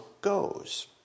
goes